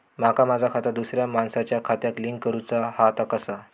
माका माझा खाता दुसऱ्या मानसाच्या खात्याक लिंक करूचा हा ता कसा?